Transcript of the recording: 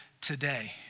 today